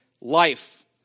life